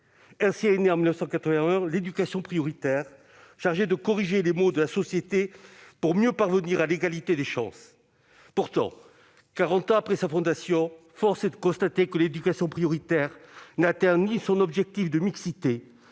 Ainsi est née en 1981 l'éducation prioritaire, chargée de corriger les maux de la société pour mieux parvenir à l'égalité des chances. Pourtant, quarante ans après sa création, force est de constater que l'éducation prioritaire n'a atteint ni son objectif de mixité